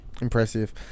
Impressive